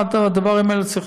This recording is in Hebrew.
הדברים האלה צריכים